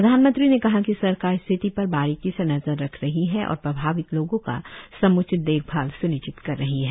प्रधानमंत्री ने कहा कि सरकार स्थिति पर बारीकी से नजर रख रही है और प्रभावित लोगों का सम्चित देखभाल स्निश्चित कर रही है